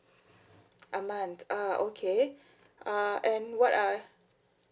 a month uh okay uh and what uh